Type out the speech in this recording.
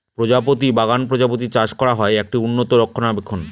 প্রজাপতি বাগান প্রজাপতি চাষ করা হয়, একটি উন্নত রক্ষণাবেক্ষণ